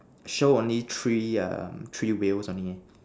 show only three err three wheels only